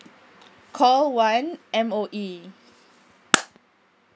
call one M_O_E